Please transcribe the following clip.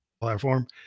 platform